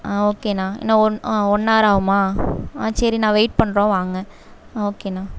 ஆ ஓகேண்ணா இன்னும் ஒன் ஆ ஒன் அவர் ஆகுமா ஆ சரிண்ணா வெயிட் பண்ணுறோம் வாங்க ஓகேண்ணா